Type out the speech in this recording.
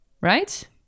Right